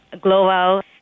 global